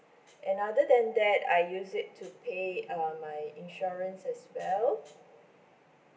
and other than that I use it to pay uh my insurance as well